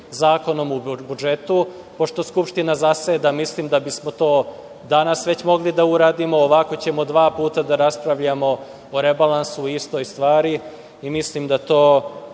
Zakonom o budžetu. Pošto Skupština zaseda, mislim da bismo to danas već mogli da uradimo, ovako ćemo dva puta da raspravljamo o rebalansu o istoj stvari i mislim da to